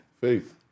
Faith